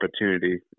opportunity